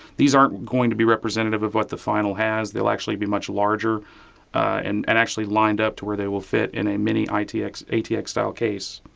these aren't going to be representative of what the final has, they will actually be much larger and and actually lined up to where they will fit in a mini itx atx style case.